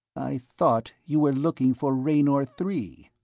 i thought you were looking for raynor three,